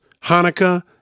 Hanukkah